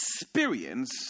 experience